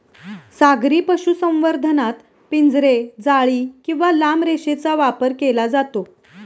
सागरी पशुसंवर्धनात पिंजरे, जाळी किंवा लांब रेषेचा वापर केला जातो